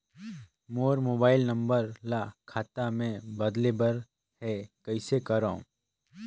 मोर mobile number ल खाता मे बदले बर हे कइसे करव?